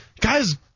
Guy's